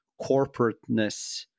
corporateness